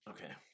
Okay